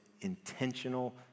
intentional